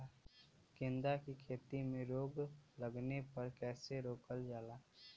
गेंदा की खेती में रोग लगने पर कैसे रोकल जाला?